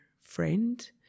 friend